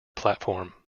platform